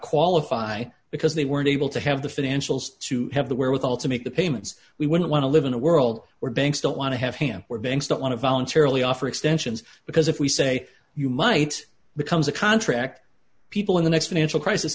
qualify because they weren't able to have the financials to have the wherewithal to make the payments we wouldn't want to live in a world where banks don't want to have him or banks don't want to voluntarily offer extensions because if we say you might becomes a contract people in the next financial crisis